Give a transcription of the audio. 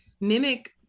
mimic